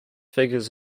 figures